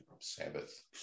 Sabbath